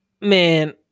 Man